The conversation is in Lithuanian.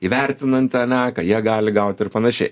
įvertinant ane ką jie gali gauti ir panašiai